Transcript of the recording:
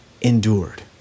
endured